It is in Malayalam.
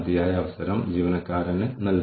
യഥാർത്ഥത്തിൽ എത്ര പേർ അവിടെത്തന്നെ നിൽക്കുന്നു